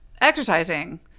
exercising